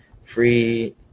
Free